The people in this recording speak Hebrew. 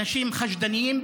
אנשים חשדניים,